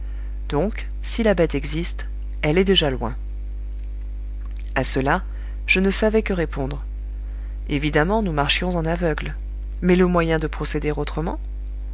donc si la bête existe elle est déjà loin a cela je ne savais que répondre évidemment nous marchions en aveugles mais le moyen de procéder autrement